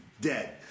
dead